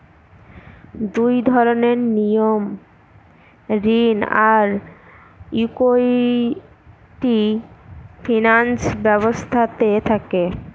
দুই ধরনের নিয়ম ঋণ আর ইকুইটি ফিনান্স ব্যবস্থাতে থাকে